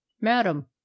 Madam